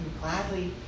gladly